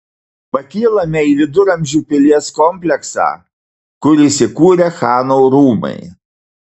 pakylame į viduramžių pilies kompleksą kur įsikūrę chano rūmai